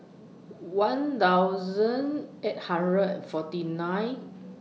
one thousand eight hundred and forty nine